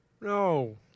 No